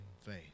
faith